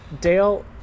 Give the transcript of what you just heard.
Dale